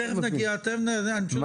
תכף נגיע לזה.